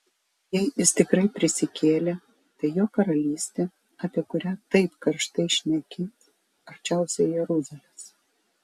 jei jis tikrai prisikėlė tai jo karalystė apie kurią taip karštai šneki arčiausiai jeruzalės